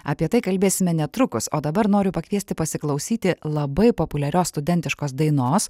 apie tai kalbėsime netrukus o dabar noriu pakviesti pasiklausyti labai populiarios studentiškos dainos